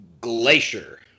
Glacier